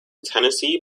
tennessee